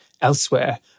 elsewhere